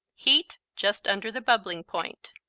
heat just under the bubbling point.